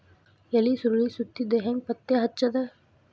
ಎಲಿ ಸುರಳಿ ಸುತ್ತಿದ್ ಹೆಂಗ್ ಪತ್ತೆ ಹಚ್ಚದ?